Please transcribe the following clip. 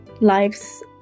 lives